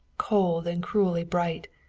cold, and cruelly bright,